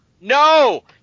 No